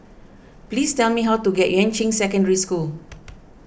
please tell me how to get Yuan Ching Secondary School